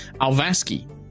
alvaski